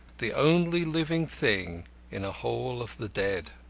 the only living thing in a hall of the dead.